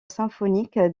symphonique